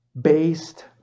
based